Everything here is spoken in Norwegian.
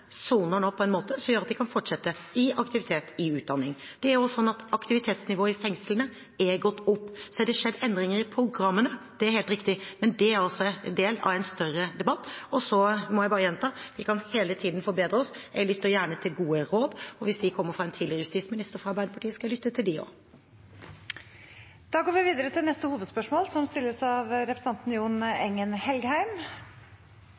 nå soner på en måte som gjør at de kan fortsette i aktivitet, i utdanning. Det er også sånn at aktivitetsnivået i fengslene er gått opp. Det er skjedd endringer i programmene – det er helt riktig – men det er del av en større debatt. Så må jeg bare gjenta: Vi kan hele tiden forbedre oss. Jeg lytter gjerne til gode råd. Hvis de kommer fra en tidligere justisminister fra Arbeiderpartiet, skal jeg lytte til dem også. Vi går videre til neste hovedspørsmål. Dette spørsmålet går også til justisministeren, og det gjelder et punkt som